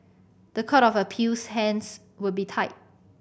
the Court of Appeal's hands would be tied